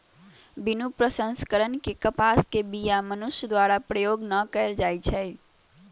बिनु प्रसंस्करण के कपास के बीया मनुष्य द्वारा प्रयोग न कएल जाइ छइ